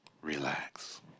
relax